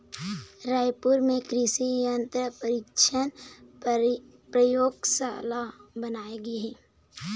रायपुर म कृसि यंत्र परीक्छन परयोगसाला बनाए गे हे